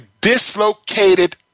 dislocated